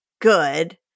good